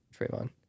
Trayvon